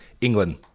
England